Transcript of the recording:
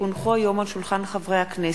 כי הונחו היום על שולחן הכנסת,